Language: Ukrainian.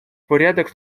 порядок